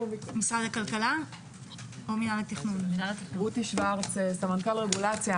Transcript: אני רותי שוורץ, סמנכ"ל רגולציה.